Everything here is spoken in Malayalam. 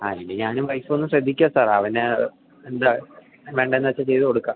ആ ഇനി ഞാനും വൈഫുമൊന്ന് ശ്രദ്ധിക്കാം സാർ അവന് എന്താണ് വേണ്ടതെന്നുവെച്ചാല് ചെയ്തുകൊടുക്കാം